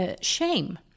shame